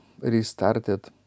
restarted